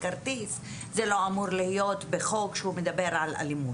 כרטיס אז זה לא אמור להיות בחוק שמדבר על אלימות.